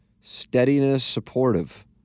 steadiness-supportive